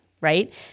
right